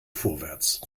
vorwärts